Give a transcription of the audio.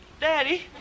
Daddy